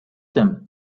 them